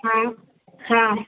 हाँ हाँ